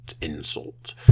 insult